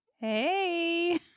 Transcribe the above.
Hey